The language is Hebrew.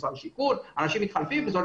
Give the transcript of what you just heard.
אנשים מתחלפים ושוכחים.